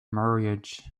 marriages